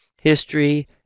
history